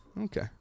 Okay